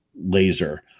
laser